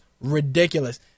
ridiculous